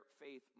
faith